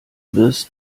wirst